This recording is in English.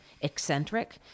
eccentric